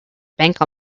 bank